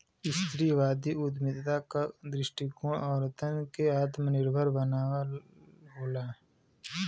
स्त्रीवादी उद्यमिता क दृष्टिकोण औरतन के आत्मनिर्भर बनावल होला